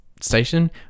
station